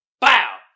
Bow